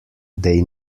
they